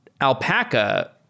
Alpaca